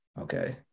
Okay